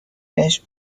بهش